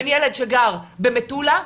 בין ילד שגר במטולה,